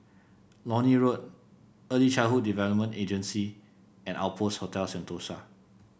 Lornie Road Early Childhood Development Agency and Outpost Hotel Sentosa